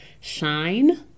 Shine